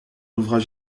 ouvrage